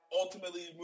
Ultimately